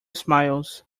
smiles